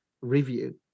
review